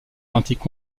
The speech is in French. lentilles